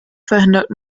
verhindert